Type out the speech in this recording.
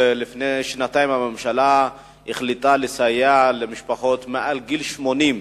לפני שנתיים הממשלה החליטה לסייע למשפחות מעל גיל 80,